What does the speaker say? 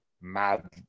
Mad